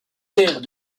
terres